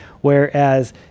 Whereas